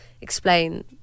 explain